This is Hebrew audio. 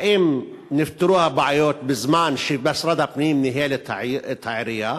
האם נפתרו הבעיות בזמן שמשרד הפנים ניהל את העירייה,